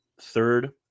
Third